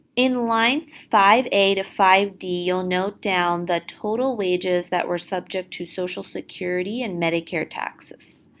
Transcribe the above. in lines five a to five d, ah note down the total wages that were subject to social security and medicare taxes.